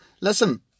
listen